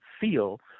feel